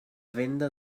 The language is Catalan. venda